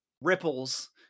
ripples